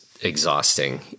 exhausting